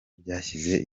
byashyize